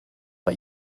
bei